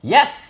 Yes